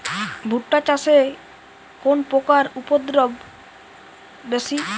ভুট্টা চাষে কোন পোকার উপদ্রব বেশি?